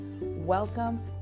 Welcome